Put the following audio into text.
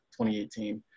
2018